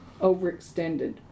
overextended